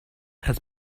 has